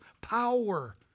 power